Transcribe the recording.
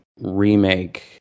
remake